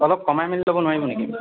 অলপ কমাই মেলি ল'ব নোৱাৰিব নেকি